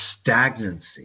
stagnancy